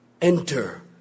enter